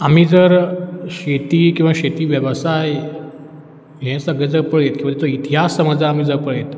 आमी जर शेती किंवा शेती वेवसाय हें सगळें जर पळयत किंवां तेचो इतिहास समज ज आमी ज पळयत